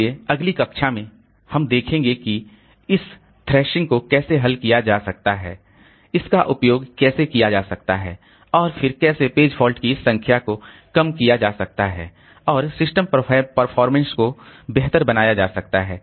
इसलिए अगली कक्षा में हम देखेंगे कि इस थ्रशिंग को कैसे हल किया जा सकता है इसका उपयोग कैसे किया जा सकता है और फिर कैसे पेज फॉल्ट की इस संख्या को कम किया जा सकता है और सिस्टम परफॉर्मेंस को बेहतर बनाया जा सकता है